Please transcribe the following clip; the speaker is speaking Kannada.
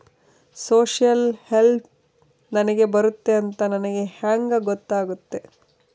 ಸೋಶಿಯಲ್ ಹೆಲ್ಪ್ ನನಗೆ ಬರುತ್ತೆ ಅಂತ ನನಗೆ ಹೆಂಗ ಗೊತ್ತಾಗುತ್ತೆ?